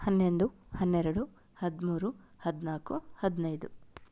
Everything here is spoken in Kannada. ಹನ್ನೊಂದು ಹನ್ನೆರಡು ಹದಿಮೂರು ಹದಿನಾಲ್ಕು ಹದಿನೈದು